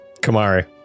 Kamari